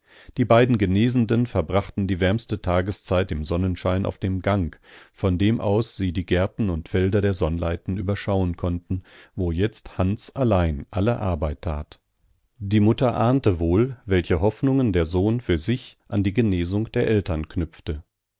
die beiden genesenden verbrachten die wärmste tageszeit im sonnenschein auf dem gang von dem aus sie die gärten und felder der sonnleiten überschauen konnten wo jetzt hans allein alle arbeit tat die mutter ahnte wohl welche hoffnungen der sohn für sich an die genesung der eltern knüpfte